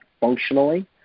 functionally